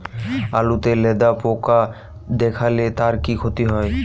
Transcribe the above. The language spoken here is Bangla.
আলুতে লেদা পোকা দেখালে তার কি ক্ষতি হয়?